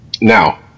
Now